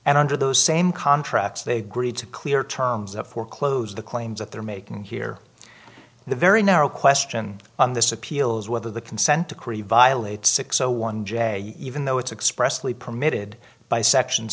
and under those same contracts they agreed to clear terms of foreclose the claims that they're making here the very narrow question on this appeal is whether the consent decree violates six zero one j even though it's expressly permitted by section